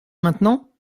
maintenant